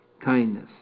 kindness